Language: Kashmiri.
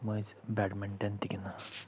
مٔنٛزۍ بیٹ منٹن تہِ گِنٛدان